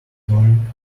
morning